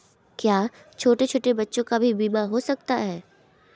क्या छोटे छोटे बच्चों का भी बीमा हो सकता है?